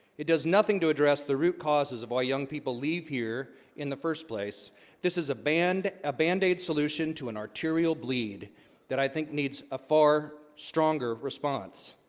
it does nothing to address the root causes of all young people leave here in the first place this is a band a band-aid solution to an arterial bleed that i think needs a far stronger response